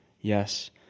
Yes